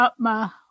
Upma